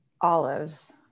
Olives